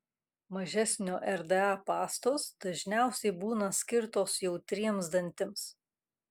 mažesnio rda pastos dažniausiai būna skirtos jautriems dantims